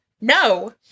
No